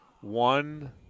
one